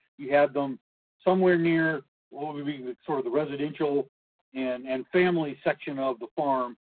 you had them somewhere near what would be be the sort of the residential and, and family section of the farm,